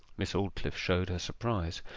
miss aldclyffe showed her surprise.